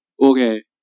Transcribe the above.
okay